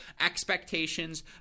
expectations